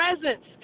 presence